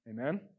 Amen